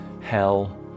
hell